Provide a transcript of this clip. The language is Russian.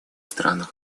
стран